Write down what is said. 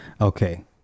Okay